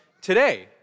today